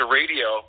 radio